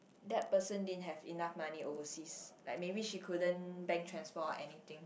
that person didn't have enough money overseas like maybe she couldn't bank transfer or anything